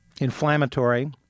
inflammatory